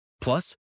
Plus